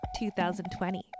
2020